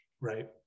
right